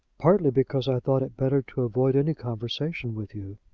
partly because i thought it better to avoid any conversation with you.